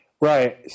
Right